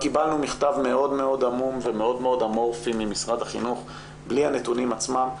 קיבלנו מכתב מאוד עמום ומאוד אמורפי ממשרד החינוך בלי הנתונים עצמם,